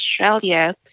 Australia